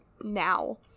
now